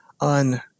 on